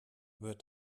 wird